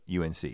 UNC